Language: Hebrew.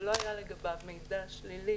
שלא היה לגביו מידע שלילי